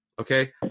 Okay